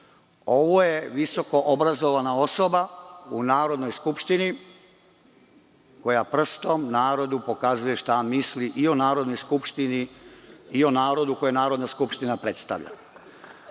ovo je visokoobrazovana osoba u Narodnoj skupštini koja prstom narodu pokazuje šta misli i o Narodnoj skupštini i o narodu koji Narodna skupština predstavlja.